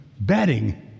Betting